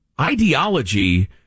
ideology